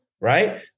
right